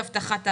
הבטחת ההכנסה.